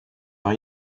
are